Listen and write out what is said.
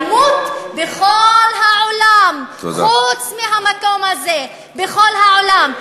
אלימות בכל העולם חוץ מהמקום הזה, בכל העולם.